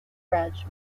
grudge